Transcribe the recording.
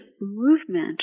movement